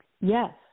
Yes